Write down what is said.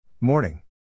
Morning